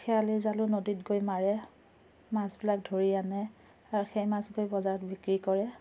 খেৱালি জালো নদীত গৈ মাৰে মাছবিলাক ধৰি আনে আৰু সেই মাছবোৰে বজাৰত বিক্ৰী কৰে